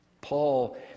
Paul